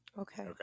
Okay